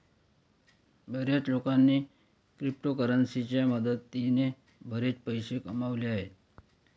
बर्याच लोकांनी क्रिप्टोकरन्सीच्या मदतीने बरेच पैसे कमावले आहेत